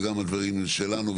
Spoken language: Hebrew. וגם הדברים שלנו,